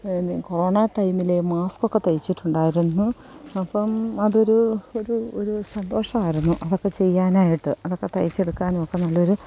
corona ടൈമിൽ മാസ്കൊക്കെ തയ്ച്ചിട്ടുണ്ടായിരുന്നു അപ്പം അതൊരു ഒരു ഒരു സന്തോഷമായിരുന്നു അതൊക്കെ ചെയ്യാനായിട്ട് അതൊക്കെ തയ്ച്ചെടുക്കാൻ ഒക്കെ നല്ലൊരു